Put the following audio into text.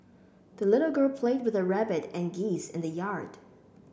the little girl played with her rabbit and geese in the yard